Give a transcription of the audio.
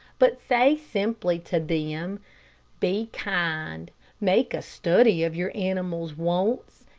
but say simply to them, be kind. make a study of your animals' wants,